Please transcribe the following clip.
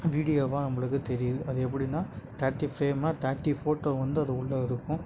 வீடியோவாக நம்மளுக்கு தெரியுது அது எப்படின்னா தேர்ட்டி ஃப்ரேம்னா தேர்ட்டி ஃபோட்டோ வந்து அது உள்ள இருக்கும்